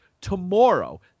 tomorrow